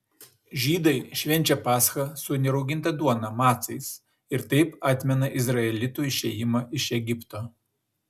žydai švenčia paschą su nerauginta duona macais ir taip atmena izraelitų išėjimą iš egipto